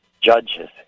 judges